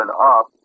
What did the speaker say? up